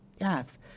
Yes